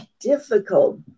difficult